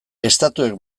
estatuek